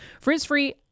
Frizz-free